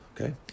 Okay